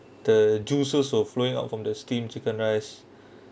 the juices will flowing out from the steamed chicken rice